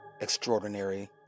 extraordinary